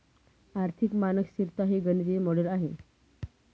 आर्थिक मानक स्तिरता हे गणितीय मॉडेल आहे